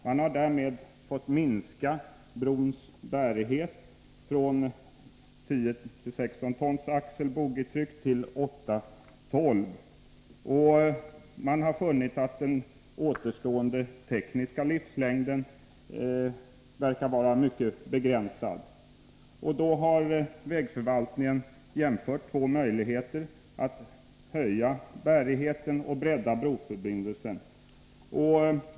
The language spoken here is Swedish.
Man har därför fått minska brons bärighet från 10 boggitryck till 8/12. Man har också funnit att den återstående tekniska livslängden verkar vara mycket begränsad. Vägförvaltningen har jämfört två möjligheter att höja bärigheten och bredda broförbindelsen.